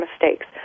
mistakes